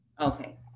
Okay